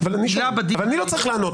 אני לא צריך לענות.